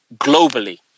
globally